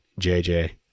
JJ